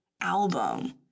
album